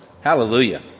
Hallelujah